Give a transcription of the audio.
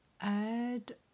add